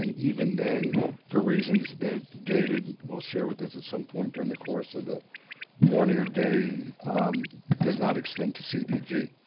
and even then for reasons that david will share with us at some point during the course of the morning or day does not extend to cbg,